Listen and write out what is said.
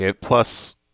plus